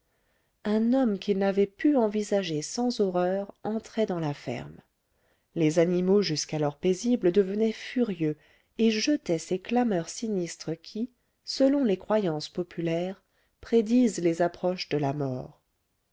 un homme qu'ils n'avaient pu envisager sans horreur entrait dans la ferme les animaux jusqu'alors paisibles devenaient furieux et jetaient ces clameurs sinistres qui selon les croyances populaires prédisent les approches de la mort